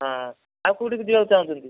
ହଁ ଆଉ କେଉଁଠିକି ଯିବାକୁ ଚାହୁଁଛନ୍ତି